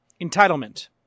Entitlement